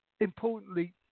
Importantly